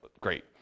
great